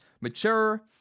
mature